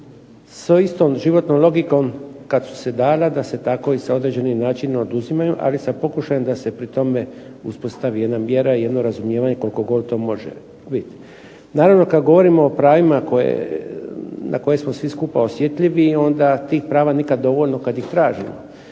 sa istom životnom logikom kad su se dala da se tako i sa određenim načinom oduzimaju, ali sa pokušajem da se pri tome uspostavi jedna mjera, jedno razumijevanje koliko god to može biti. Naravno, kad govorimo o pravima na koje smo svi skupa osjetljivi onda tih prava nikad dovoljno kad ih tražimo,